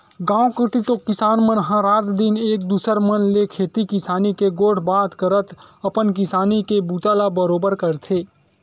गाँव कोती तो किसान मन ह रात दिन एक दूसर मन ले खेती किसानी के गोठ बात करत अपन किसानी के बूता ला बरोबर करथे